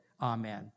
Amen